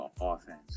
offense